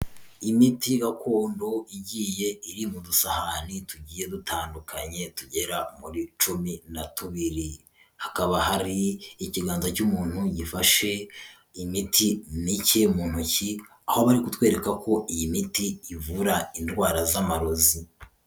Imiti gakondo, igiye iri mu dusahani tugiye dutandukanye, tugera muri cumi na tubiri. Hakaba hari ikiganza cy'umuntu gifashe imiti micye mu ntoki, aho bari kutwereka ko iyi miti ivura indwara z'amarozi.